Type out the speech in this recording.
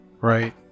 Right